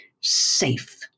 safe